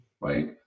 right